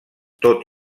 tot